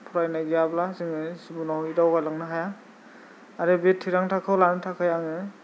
फरायनाय गैयाब्ला जोङो जिबनाव दावगालांनो हाया आरो बे थिरांथाखौ लानो थाखाय आङो